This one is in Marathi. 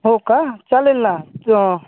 हो का चालेल ना